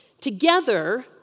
Together